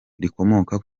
rikomoka